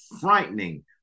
frightening